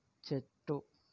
చెట్టు